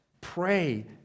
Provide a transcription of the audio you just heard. pray